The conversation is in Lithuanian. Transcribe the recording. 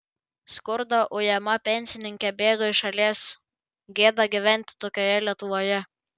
skurdo ujama pensininkė bėga iš šalies gėda gyventi tokioje lietuvoje